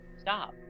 Stop